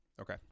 Okay